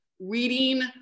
reading